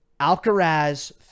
Alcaraz